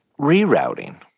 Rerouting